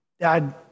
dad